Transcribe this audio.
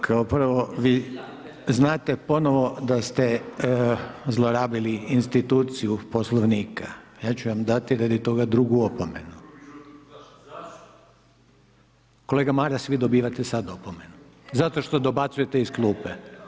Dakle, kao prvo vi znate ponovo da ste zlorabili instituciju Poslovnika, ja ću vam dati radi toga drugu opomenu [[Upadica Maras: Zašto?]] Kolega Maras vi dobivate sada opomenu zato što dobacujete iz klupe.